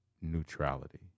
neutrality